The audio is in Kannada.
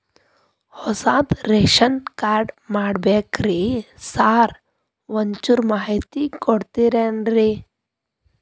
ಹೊಸದ್ ರೇಶನ್ ಕಾರ್ಡ್ ಮಾಡ್ಬೇಕ್ರಿ ಸಾರ್ ಒಂಚೂರ್ ಮಾಹಿತಿ ಕೊಡ್ತೇರೆನ್ರಿ?